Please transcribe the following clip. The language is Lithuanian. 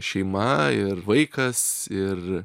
šeima ir vaikas ir